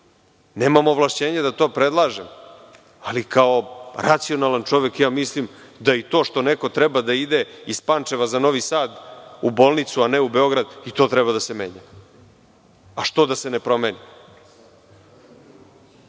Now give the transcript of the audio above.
nemam ovlašćenja da to predlažem, ali kao racionalan čovek mislim da i to što neko treba da ide iz Pančeva za Novi Sad u bolnicu, a ne u Beograd, i to treba da se menja. Što da se ne promeni?